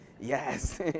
Yes